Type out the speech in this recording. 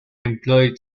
employed